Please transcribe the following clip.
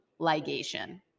ligation